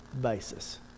basis